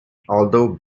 although